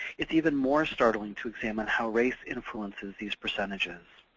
it's even more startling to examine how race influences these percentages.